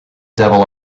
devil